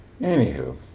Anywho